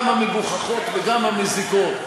גם המגוחכות וגם המזיקות,